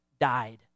died